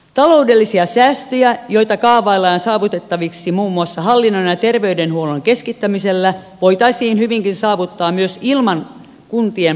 taloudellisia säästöjä joita kaavaillaan saavutettaviksi muun muassa hallinnon ja terveydenhuollon keskittämisellä voitaisiin hyvinkin saavuttaa myös ilman kuntien pakkoliitoksia